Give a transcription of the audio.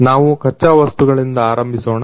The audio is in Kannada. ನಾವು ಕಚ್ಚಾವಸ್ತುಗಳಿಂದ ಆರಂಭಿಸೋಣ